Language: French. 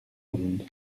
monde